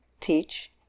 teach